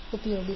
25 j2